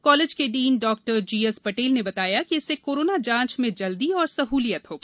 college के dean डॉ G S Patel ने बताया कि इससे कोरोना जांच में जल्दी और सह्लियत होगी